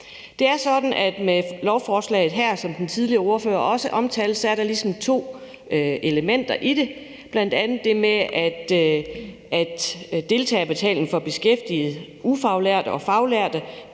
Det er sådan, at der i forhold til lovforslaget her, hvilket den tidligere ordfører også omtalte, ligesom er to elementer i det. Det er bl.a. det med, at deltagerbetalingen for beskæftigede ufaglærte og faglærte